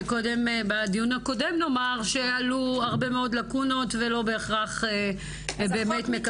בדיון הקודם עלו הרבה מאוד לקונות והם לא בהכרח באמת מקבלים.